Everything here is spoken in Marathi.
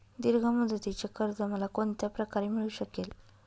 दीर्घ मुदतीचे कर्ज मला कोणत्या प्रकारे मिळू शकेल?